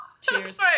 Cheers